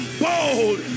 bold